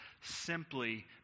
simply